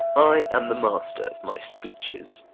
i am the master of my speeches,